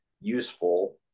useful